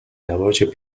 navajo